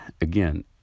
again